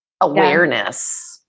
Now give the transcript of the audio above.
awareness